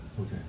Okay